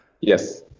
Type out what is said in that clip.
Yes